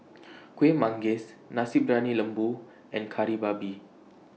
Kueh Manggis Nasi Briyani Lembu and Kari Babi